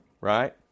Right